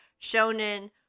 shonen